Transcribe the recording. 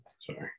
Sorry